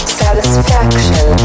satisfaction